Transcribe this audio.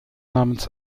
namens